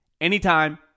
anytime